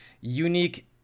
unique